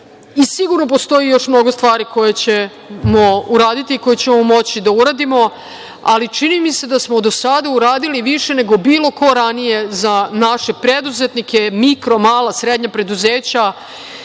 porez. Sigurno postoji još mnogo stvari koje ćemo uraditi, koje ćemo moći da uradimo. Ali, čini mi se da smo do sada uradili više nego bilo ko ranije za naše preduzetnike, mikro, mala, srednja preduzeća,